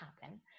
happen